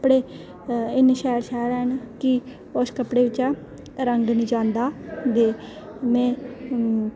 कपड़े इन्ने शैल शैल हैन कि उस कपड़े बिच्चा रंग निं जंदा ते में